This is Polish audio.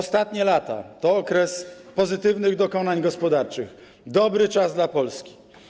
Ostatnie lata to okres pozytywnych dokonań gospodarczych, dobry czas dla Polski.